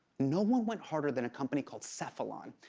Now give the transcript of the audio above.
no one went harder than a company called cephalon.